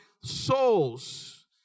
souls